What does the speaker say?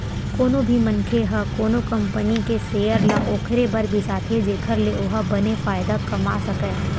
कोनो भी मनखे ह कोनो कंपनी के सेयर ल ओखरे बर बिसाथे जेखर ले ओहा बने फायदा कमा सकय